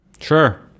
Sure